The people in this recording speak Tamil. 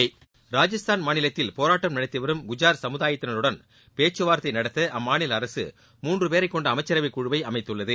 போராட்டம் மாநிலத்தில் ராஜஸ்தான் நடத்திவரும் கஜ்ஜார் சமுதாயத்தினருடன் பேச்சுவார்த்தைநடத்தஅம்மாநிலஅரசு மூன்றுபேரைக்கொண்டஅமைச்சரவைக்குழுவைஅமைத்துள்ளது